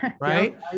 right